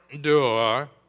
door